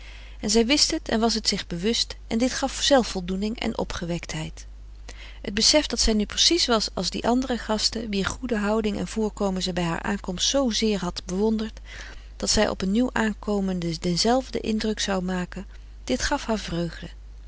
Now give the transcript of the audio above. en zij wist het en was het zich bewust en dit gaf zelfvoldoening en opgewektheid het besef dat zij nu precies was als die andere gasten wier goede houding en voorkomen zij bij haar aankomst zoozeer had bewonderd dat zij op een nieuw aankomende denzelfden indruk zou maken dit gaf haar vreugde